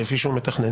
כפי שהוא מתכנן.